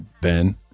Ben